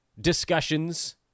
discussions